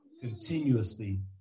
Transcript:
continuously